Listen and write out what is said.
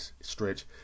stretch